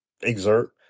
exert